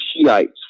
Shiites